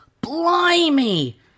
Blimey